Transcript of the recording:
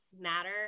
matter